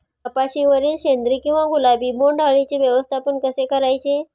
कपाशिवरील शेंदरी किंवा गुलाबी बोंडअळीचे व्यवस्थापन कसे करायचे?